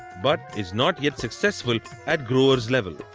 but is not yet successful at growers level.